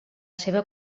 seua